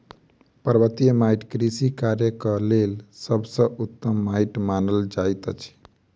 पर्वतीय माइट कृषि कार्यक लेल सभ सॅ उत्तम माइट मानल जाइत अछि